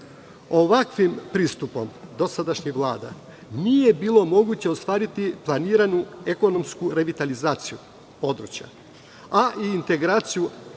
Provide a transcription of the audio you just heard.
pristupom dosadašnjih vlada nije bilo moguće ostvariti planiranu ekonomsku revitalizaciju područja, a i integraciju